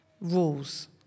rules